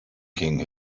king